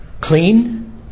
clean